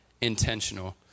intentional